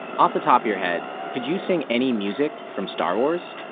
off the top of your head could you sing any music from star wars?